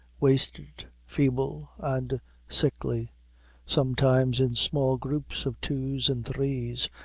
wasted, feeble, and sickly sometimes in small groups of twos and threes,